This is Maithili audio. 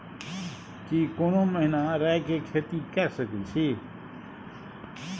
की कोनो महिना राई के खेती के सकैछी?